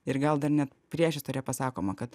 ir gal dar net priešistorė pasakoma kad